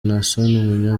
naasson